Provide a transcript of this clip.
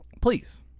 Please